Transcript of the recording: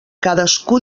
cadascú